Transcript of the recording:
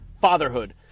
fatherhood